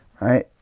right